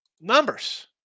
numbers